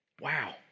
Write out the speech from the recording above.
Wow